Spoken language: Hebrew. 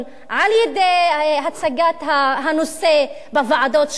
על-ידי הצגת הנושא בוועדות שונות,